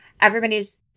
everybody's